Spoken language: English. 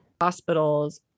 Hospitals